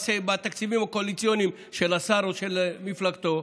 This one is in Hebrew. בתקציבים הקואליציוניים של השר או של מפלגתו